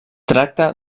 tracta